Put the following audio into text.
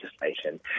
legislation